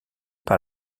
par